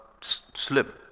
slim